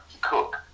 Cook